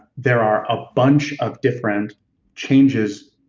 there are a bunch of different changes,